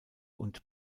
und